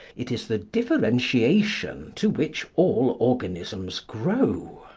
it is the differentiation to which all organisms grow.